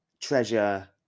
treasure